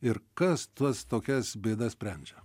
ir kas tas tokias bėdas sprendžia